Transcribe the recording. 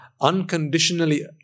unconditionally